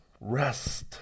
rest